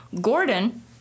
Gordon